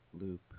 loop